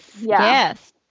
yes